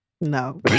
No